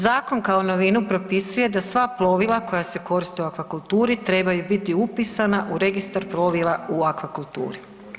Zakon kao novinu propisuje da sva plovila koja se koriste u akvakulturi trebaju biti upisana u registar plovila u akvakulturi.